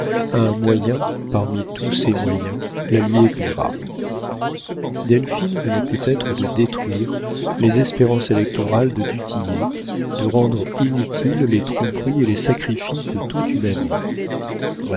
un moyen parmi tous ses moyens la lui éclaira delphine venait peut-être de détruire les espérances électorales de du tillet de rendre inutiles les tromperies et les sacrifices de toute une année